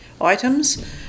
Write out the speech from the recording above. items